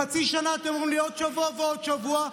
חצי שנה אתם אומרים לי: עוד שבוע ועוד שבוע.